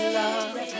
love